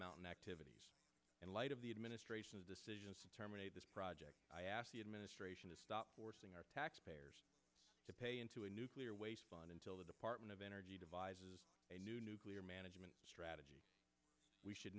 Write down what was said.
mountain activities in light of the administration's decision to terminate this project i asked the administration to stop forcing our taxpayers to pay into a nuclear waste gone until the department of energy devises a new nuclear management strategy we should